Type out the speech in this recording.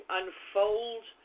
unfold